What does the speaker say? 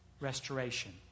restoration